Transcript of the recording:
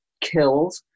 killed